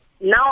Now